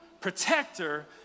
protector